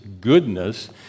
goodness